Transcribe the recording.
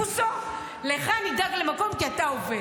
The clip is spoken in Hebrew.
בוסו, לך נדאג למקום כי אתה עובד.